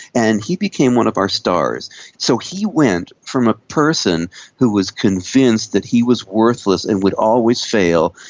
and he became one of our stars. so he went from a person who was convinced that he was worthless and would always fail,